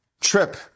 trip